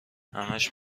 همش